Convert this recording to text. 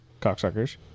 Cocksuckers